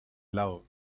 love